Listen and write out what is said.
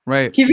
Right